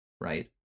Right